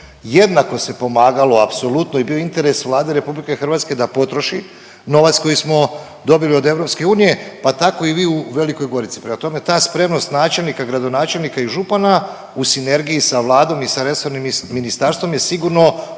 jednako se pomagalo apsolutno i bio je interes Vlade RH da potroši novac koji smo dobili od EU pa tako i vi u Velikoj Gorici. Prema tome ta spremnost načelnika, gradonačelnika i župana u sinergiji sa Vladom i sa resornim ministarstvom je sigurno